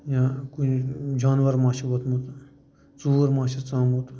یا کُنہِ جانوَر ما چھُ ووٚتھمُت ژوٗر ما چھُس ژامُت